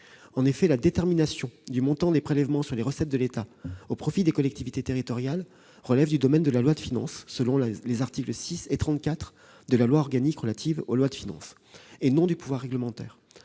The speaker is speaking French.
En effet, la détermination du montant des prélèvements sur les recettes de l'État au profit des collectivités territoriales relève du domaine de la loi de finances, conformément aux articles 6 et 34 de la loi organique du 1 août 2001 relative aux lois de finances, et non du pouvoir réglementaire.